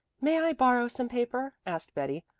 may i borrow some paper? asked betty.